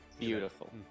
Beautiful